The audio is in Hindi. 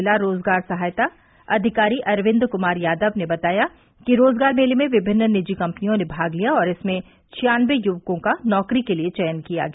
जिला रोजगार सहायता अधिकारी अरविन्द कुमार यादव ने बताया कि रोजगार मेले में विभिन्न निजी कंपनियों ने भाग लिया और इसमें छियानबे युवकों का नौकरी के लिए चयन किया गया